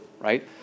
right